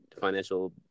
financial